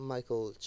Michael